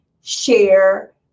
share